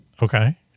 Okay